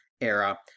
era